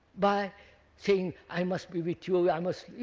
by saying, i must be with you, ah i must